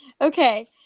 Okay